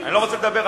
אני לא רוצה לדבר,